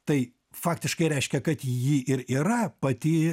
tai faktiškai reiškia kad jį ir yra pati